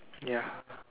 ya